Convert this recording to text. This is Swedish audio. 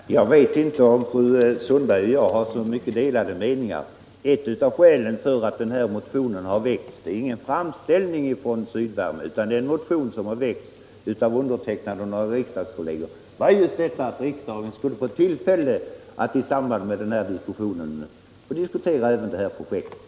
Fru talman! Jag vet inte om fru Sundberg och jag har några delade meningar. Ett av skälen till att den aktuella motionen väcktes — det är alltså ingen framställning från Sydkraft utan en motion av några riks dagskolleger och mig — var just att riksdagen skulle få tillfälle att diskutera även detta projekt.